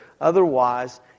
Otherwise